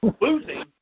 losing